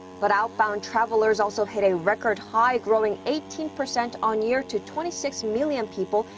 but outbound travelers also hit a record high, growing eighteen percent on-year to twenty six million people,